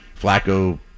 Flacco